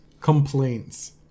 complaints